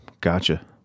Gotcha